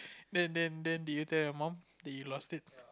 then then then did you tell your mom that you lost it